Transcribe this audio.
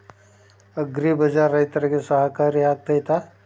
Agri bazaar ರೈತರಿಗೆ ಸಹಕಾರಿ ಆಗ್ತೈತಾ?